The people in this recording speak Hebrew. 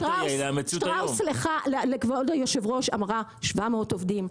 שטראוס לכבוד היו"ר אמרה כ-700 עובדים,